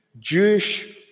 Jewish